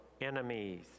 enemies